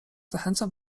zachęcam